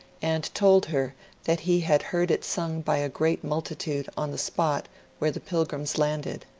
and told her that he had heard it sung by a great multitude on the spot where the pilgrims landed.